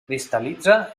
cristal·litza